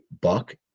buck